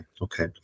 okay